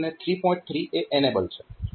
3 એ એનેબલ છે